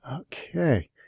okay